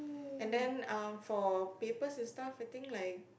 and then um for papers and stuffs I think like